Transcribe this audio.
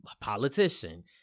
politician